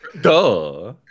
duh